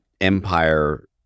Empire